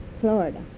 Florida